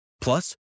Plus